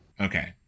Okay